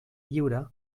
lliure